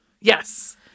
Yes